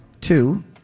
two